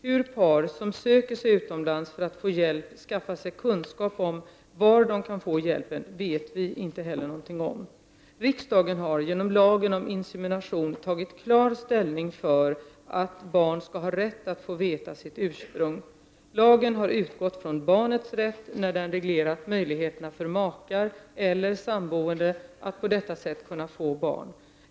Hur par som söker sig utomlands för att få hjälp skaffar sig kunskap om var de kan få hjälpen vet vi inte heller någonting om. Riksdagen har genom lagen om insemination tagit klar ställning för att barn skall ha rätt att få veta sitt ursprung. Lagen har utgått från barnets rätt när den reglerar möjligheterna för makar eller samboende att på detta sätt kunna få barn.